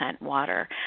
water